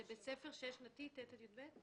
זה בית ספר שש שנתי, של כיתות ט' י"ב?